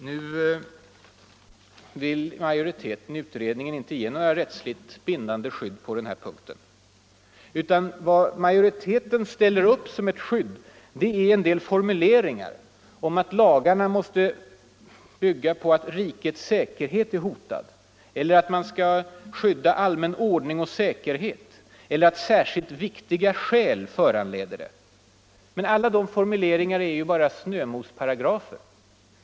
Nu vill majoriteten i utredningen inte ge något rättsligt bindande skydd på den här punkten. Vad majoriteten ställer upp som ett skydd är en del formuleringar om att de lagar som inskränker yttrandefriheten måste bygga på att ”rikets säkerhet” är hotad, att man skall skydda ”allmän ordning och säkerhet” eller att ”särskilt viktiga skäl föranleder det”. Men alla de formuleringarna är bara snömosparagrafer.